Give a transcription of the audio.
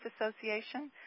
Association